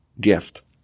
gift